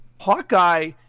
Hawkeye